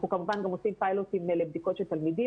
אנחנו כמובן עושים פיילוטים לבדיקות של תלמידים,